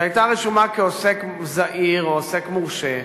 שהיתה רשומה כעוסק זעיר או עוסק מורשה,